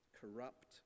corrupt